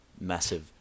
massive